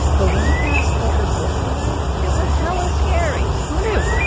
but when we asked what her book was, it was hella scary. who knew?